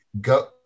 Go